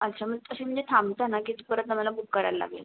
अच्छा मग तशी म्हणजे थांबता ना की परत नव्यानं बुक करायला लागेल